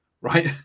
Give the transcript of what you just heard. right